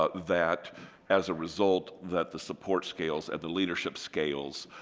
ah that as a result that the support scales and the leadership scales,